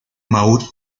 maud